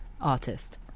artist